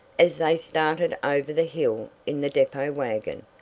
as they started over the hill in the depot wagon.